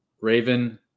Raven